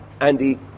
Andy